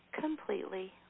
completely